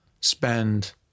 spend